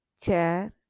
chair